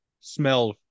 smell